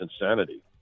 insanity